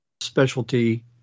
specialty